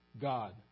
God